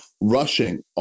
rushing